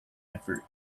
effort